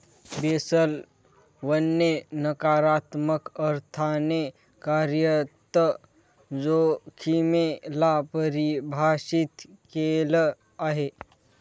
Basel one ने नकारात्मक अर्थाने कार्यरत जोखिमे ला परिभाषित केलं आहे